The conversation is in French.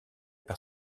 par